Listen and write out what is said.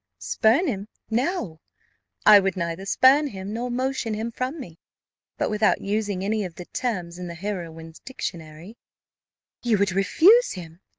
spurn him! no i would neither spurn him, nor motion him from me but without using any of the terms in the heroine's dictionary you would refuse him?